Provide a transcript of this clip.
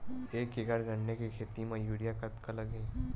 एक एकड़ गन्ने के खेती म यूरिया कतका लगही?